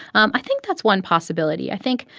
um i think that's one possibility. i think,